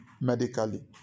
medically